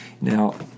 Now